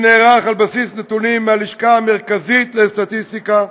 שנערך על בסיס נתונים מהלשכה המרכזית לסטטיסטיקה,